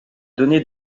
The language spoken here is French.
donné